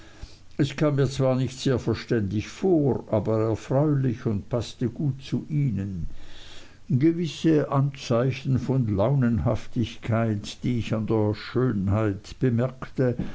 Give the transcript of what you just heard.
es kam mir zwar nicht sehr verständig vor aber erfreulich und paßte sehr gut zu ihnen gewisse anzeichen von launenhaftigkeit die ich an der schönheit bemerkte